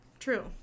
True